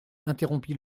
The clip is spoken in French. interrompit